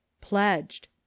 pledged